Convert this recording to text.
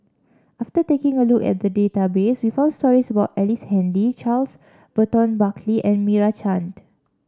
after taking a look at the database we found stories about Ellice Handy Charles Burton Buckley and Meira Chand